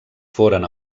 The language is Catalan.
foren